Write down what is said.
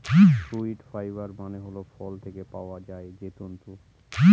fruit fibre মানে হল ফল থেকে পাওয়া যায় যে তন্তু